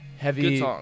Heavy